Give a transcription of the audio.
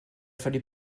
fallut